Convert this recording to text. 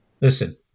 Listen